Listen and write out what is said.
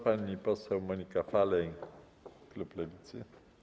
Pani poseł Monika Falej, klub Lewicy.